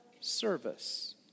service